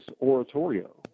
oratorio